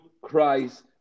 Christ